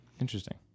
Interesting